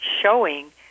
showing